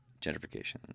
gentrification